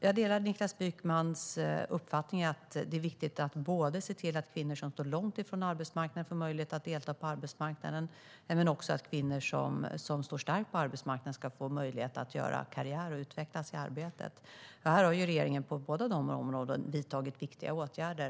Jag delar Niklas Wykmans uppfattning att det är viktigt att se till både att kvinnor som står långt från arbetsmarknaden får möjlighet att delta på arbetsmarknaden och att kvinnor som står starka på arbetsmarknaden ska få möjlighet att göra karriär och utvecklas i arbetet. På båda dessa områden har regeringen vidtagit viktiga åtgärder.